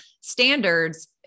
standards